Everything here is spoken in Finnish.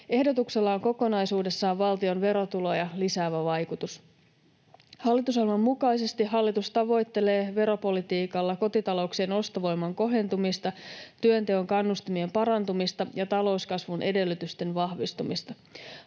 Ehdotuksella on kokonaisuudessaan valtion verotuloja lisäävä vaikutus. Hallitusohjelman mukaisesti hallitus tavoittelee veropolitiikalla kotitalouksien ostovoiman kohentumista, työnteon kannustimien parantumista ja talouskasvun edellytysten vahvistumista.